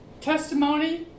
testimony